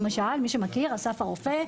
אסף הרופא,